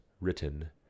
written